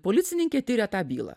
policininkė tiria tą bylą